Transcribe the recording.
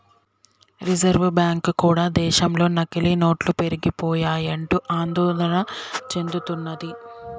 reserve bank కూడా దేశంలో నకిలీ నోట్లు పెరిగిపోయాయంటూ ఆందోళన చెందుతున్నది